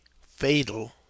fatal